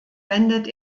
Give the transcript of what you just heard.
wendet